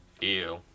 Ew